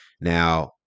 Now